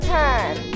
time